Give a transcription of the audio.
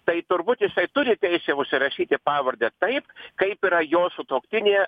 tai turbūt jisai turi teisę užsirašyti pavardę taip kaip yra jo sutuoktinė